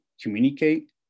communicate